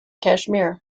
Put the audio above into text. kashmir